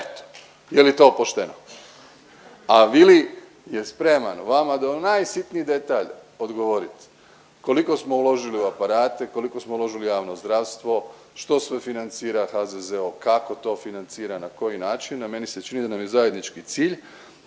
Eto je li to pošteno, a Vili je spreman vama do najsitniji detalj odgovoriti koliko smo uložili u aparate, koliko smo u uložili u javno zdravstvo, što sve financira HZZO, kako to financira, na koji način, a meni se čini da nam je zajednički cilj